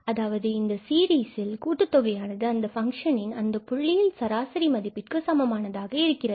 அதாவது இந்த சீரிஸில் கூட்டு தொகையானது அந்த ஃபங்க்ஷனின் அந்தப் புள்ளியில் சராசரி மதிப்பிற்கு சமமானதாக இருக்கிறது